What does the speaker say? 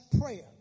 prayer